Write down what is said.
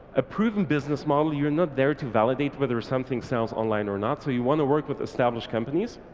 a proven business model. you're not there to validate whether something sounds online or not, so you want to work with established companies.